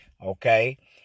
Okay